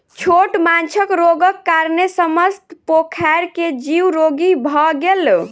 छोट माँछक रोगक कारणेँ समस्त पोखैर के जीव रोगी भअ गेल